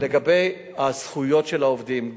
לגבי הזכויות של העובדים,